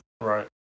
Right